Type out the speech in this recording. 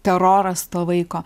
teroras to vaiko